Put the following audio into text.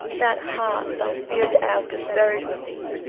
that heart thou feared to ask is buried with thee.